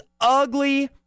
ugly